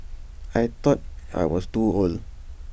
I thought I was too old